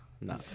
No